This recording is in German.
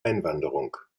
einwanderung